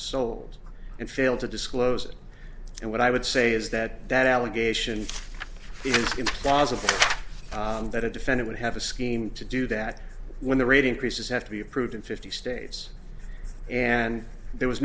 sold and failed to disclose it and what i would say is that that allegation was a that a defendant would have a scheme to do that when the rate increases have to be approved in fifty states and there was